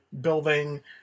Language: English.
building